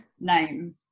name